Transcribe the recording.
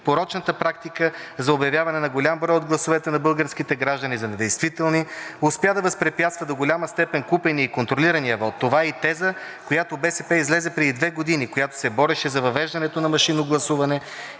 порочната практика за обявяване на голям брой от гласовете на българските граждани за недействителни, успя да възпрепятства до голяма степен купения и контролирания вот. Това е и теза, с която БСП излезе преди две години, когато се бореше за въвеждането на машинно гласуване